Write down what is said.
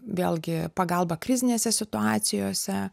vėlgi pagalba krizinėse situacijose